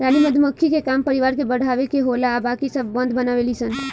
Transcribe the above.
रानी मधुमक्खी के काम परिवार के बढ़ावे के होला आ बाकी सब मध बनावे ली सन